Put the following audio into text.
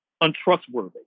untrustworthy